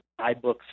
iBooks